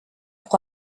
pour